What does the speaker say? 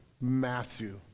Matthew